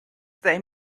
they